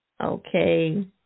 okay